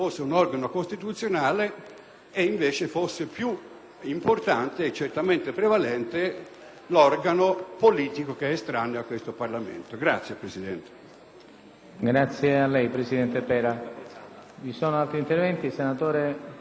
e, invece, fosse più importante e certamente prevalente l'organo politico che è estraneo al Parlamento medesimo.